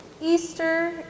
Easter